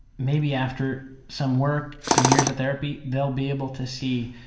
maybe after some work, some years of therapy, they'll be able to see,